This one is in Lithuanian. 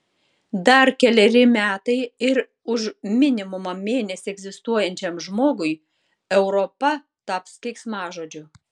dar keleri metai ir už minimumą mėnesį egzistuojančiam žmogui europa taps keiksmažodžiu